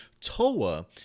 Toa